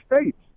states